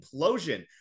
implosion